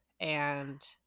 and-